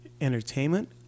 entertainment